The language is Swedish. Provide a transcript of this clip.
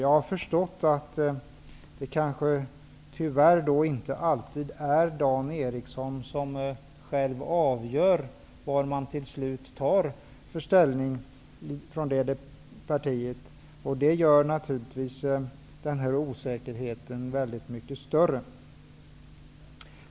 Jag har förstått att det tyvärr inte alltid är Dan Eriksson som själv avgör vad man till slut tar för ställning från det partiets sida. Det gör naturligtvis osäkerheten väldigt mycket större.